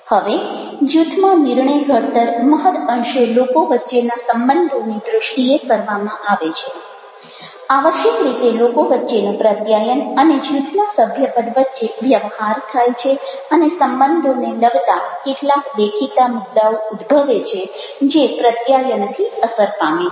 હવે જૂથમાં નિર્ણય ઘડતર મહદ અંશે લોકો વચ્ચેના સંબંધોની દૃષ્ટિએ કરવામાં આવે છે આવશ્યક રીતે લોકો વચ્ચેનું પ્રત્યાયન અને જૂથના સભ્યપદ વચ્ચે વ્યવહાર થાય છે અને સંબંધોને લગતા કેટલાક દેખીતા મુદ્દાઓ ઉદ્ભવે છે જે પ્રત્યાયનથી અસર પામે છે